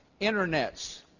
internets